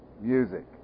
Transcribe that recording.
music